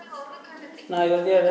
ಅಗ್ರಿಬಜಾರ್ದಾಗ್ ಯಾವ ವಸ್ತು ಖರೇದಿಸಬೇಕ್ರಿ?